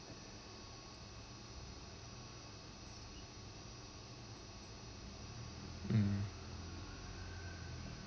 mm